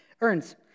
earns